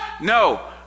No